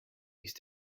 ist